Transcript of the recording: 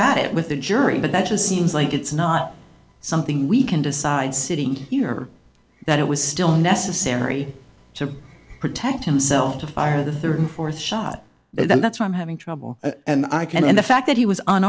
the jury but that just seems like it's not something we can decide sitting here that it was still necessary to protect himself to fire the thirty fourth shot then that's why i'm having trouble and i can and the fact that he was